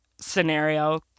scenario